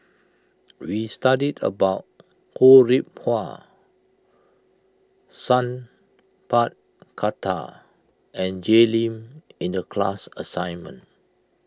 we studied about Ho Rih Hwa Sat Pal Khattar and Jay Lim in the class assignment